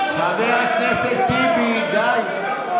חבר הכנסת טיבי, די.